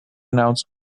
announce